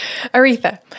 Aretha